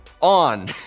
on